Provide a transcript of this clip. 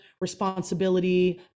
responsibility